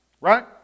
right